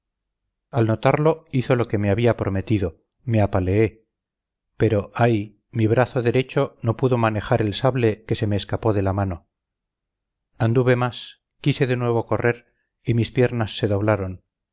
al notarlo hice lo que me había prometido me apaleé pero ay mi brazo derecho no pudo manejar el sable que se me escapó de la mano anduve más quise de nuevo correr y mis piernas se doblaron